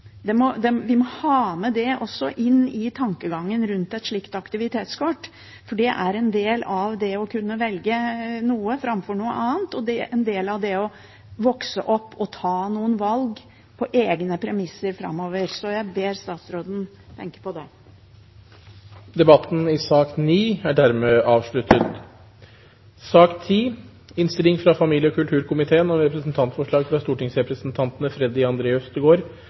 Vi må også ha med det i tankegangen rundt et slikt aktivitetskort, for det er en del av det å kunne velge noe framfor noe annet og en del av det å vokse opp og ta noen valg på egne premisser framover. Så jeg ber statsråden tenke på det. Flere har ikke bedt om ordet til sak nr. 9. Etter ønske fra familie- og kulturkomiteen